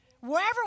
wherever